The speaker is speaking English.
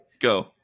Go